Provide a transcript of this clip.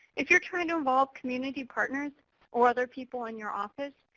if you're trying to involve community partners or other people in your office,